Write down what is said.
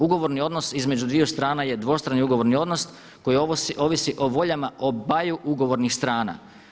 Ugovorni odnos između dviju strana je dvostrani ugovorni odnos koji ovisi o voljama obaju ugovornih strana.